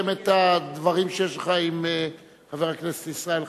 את הדברים שיש לך עם חבר הכנסת ישראל חסון?